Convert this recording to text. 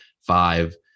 five